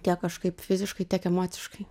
tiek kažkaip fiziškai tiek emociškai